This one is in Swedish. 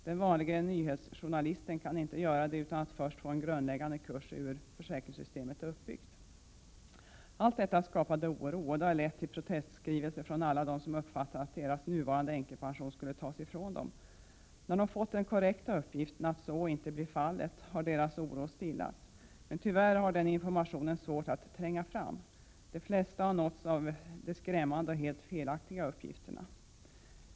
Den vanlige nyhetsjournalisten kan inte göra det utan att först få en grundläggande kurs i hur försäkringssystemet är uppbyggt. Allt detta skapade oro och har lett till protestskrivelser från alla som uppfattat att deras nuvarande änkepension skulle tas ifrån dem. När de fått den korrekta uppgiften att så inte blir fallet, har deras oro stillats. Men tyvärr har den informationen svårt att tränga fram. De flesta har nåtts av de skrämmande och helt felaktiga uppgifterna.